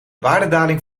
waardedaling